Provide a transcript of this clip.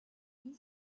you